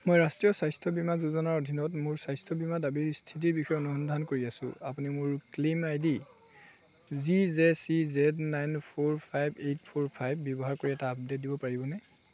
মই ৰাষ্ট্ৰীয় স্বাস্থ্য বীমা যোজনাৰ অধীনত মোৰ স্বাস্থ্য বীমা দাবীৰ স্থিতিৰ বিষয়ে অনুসন্ধান কৰি আছোঁ আপুনি মোৰ claim I D G J C Z nine four five eight four five ব্যৱহাৰ কৰি এটা আপডে'ট দিব পাৰিবনে